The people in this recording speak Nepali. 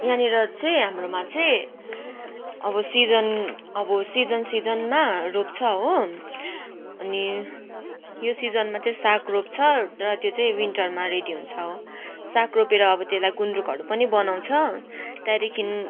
यहाँनिर चाहिँ हाम्रोमा चाहिँ अब सिजन अब सिजन सिजनमा रोप्छ हो अनि यो सिजनमा चाहिँ साग रोप्छ र त्यो चाहिँ विन्टरमा रेडी हुन्छ साग रोपेर अब त्यसलाई गुन्द्रुकहरू पनि बनाउँछ त्यहाँदेखिन्